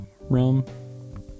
realm